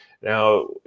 Now